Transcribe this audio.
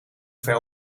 ver